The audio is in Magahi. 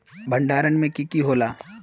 भण्डारण में की की होला?